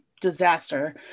disaster